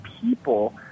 people